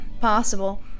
possible